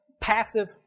Passive